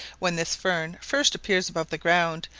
when this fern first appears above the ground,